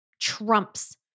trumps